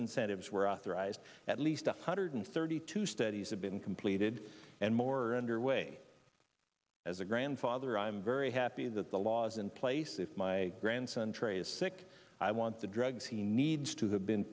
incentives were authorized at least one hundred thirty two studies have been completed and more underway as a grandfather i am very happy that the laws in place if my grandson trey is sick i want the drugs he needs to have been